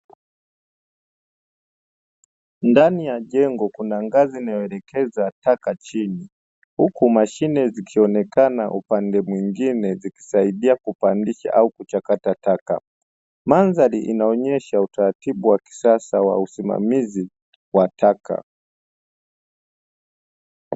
Ndani ya jengo kuna ngazi inayoelekeza taka chini, huku mashine zikionekana upande mwingine zikisaidia kupandisha au kuchakata taka. Mandhari inaonyesha utaratibu wa kisasa wa usimamizi wa taka.